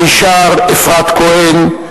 מישר אפרת כהן,